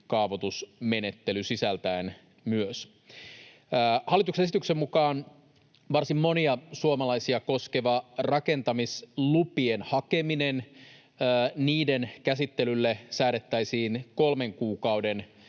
kaavoitusmenettelyn sisältäen. Hallituksen esityksen mukaan varsin monia suomalaisia koskevalle rakentamislupien hakemisen käsittelylle säädettäisiin kolmen kuukauden